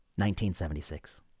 1976